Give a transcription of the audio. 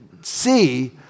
see